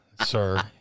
sir